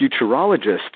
futurologists